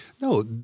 No